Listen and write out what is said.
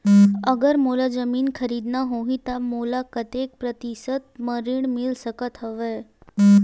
अगर मोला जमीन खरीदना होही त मोला कतेक प्रतिशत म ऋण मिल सकत हवय?